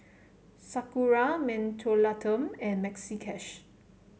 Sakura Mentholatum and Maxi Cash